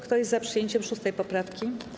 Kto jest za przyjęciem 6. poprawki?